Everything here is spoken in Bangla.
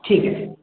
ঠিক আছে